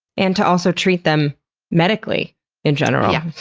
and to also treat them medically in general.